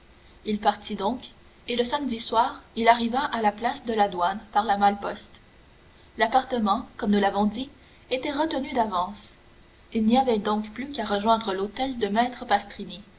il partit donc et le samedi soir il arriva à la place de la douane par la malle-poste l'appartement comme nous l'avons dit était retenu d'avance il n'y avait donc plus qu'à rejoindre l'hôtel de maître